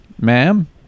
Ma'am